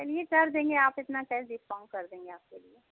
चलिये कर देंगे आप इतना कैश डिस्काउंट कर देंगे आपके लिये